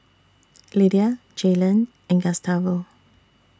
Lydia Jaylon and Gustavo